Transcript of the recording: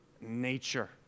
nature